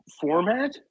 format